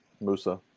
Musa